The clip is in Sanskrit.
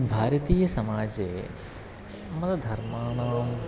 भारतीयसमाजे मतधर्माणां